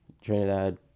Trinidad